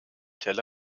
tel